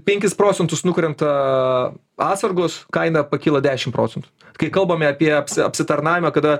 penkis procentus nukrenta atsargos kaina pakyla dešimt procentų kai kalbame apie apsitarnavimą kada